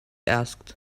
asked